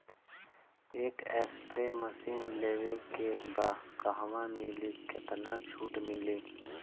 एक spray machine लेवे के बा कहवा मिली केतना छूट मिली?